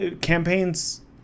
campaigns